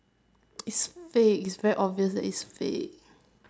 is fake is very obvious that is fake